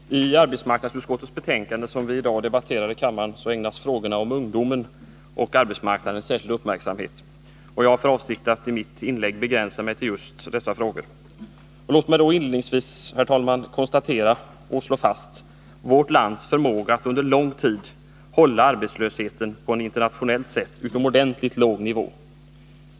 Herr talman! I arbetsmarknadsutskottets betänkande 1980/81:21, som vi i dag debatterar i kammaren, ägnas frågorna om ungdomen och arbetsmarknaden en särskild uppmärksamhet. Jag har för avsikt att i mitt inlägg begränsa mig till just dessa frågor. Låt mig då inledningsvis, herr talman, konstatera och slå fast vårt lands förmåga att under lång tid hålla arbetslösheten på en internationellt sett utomordentligt låg nivå.